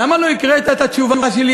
למה לא הקראת את התשובה שלי,